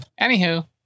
Anywho